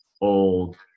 old